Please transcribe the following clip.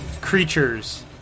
creatures